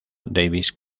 david